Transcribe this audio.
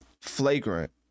flagrant